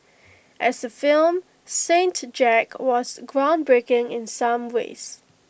as A film saint Jack was groundbreaking in some ways